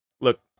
Look